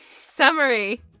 Summary